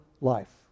life